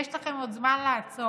יש לכם עוד זמן לעצור